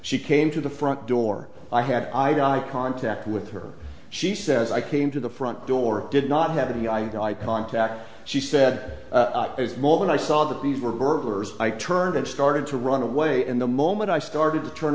she came to the front door i have i got a contact with her she says i came to the front door did not have any idea i contact she said as moment i saw that these were burglars i turned and started to run away and the moment i started to turn